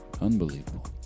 Unbelievable